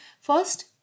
first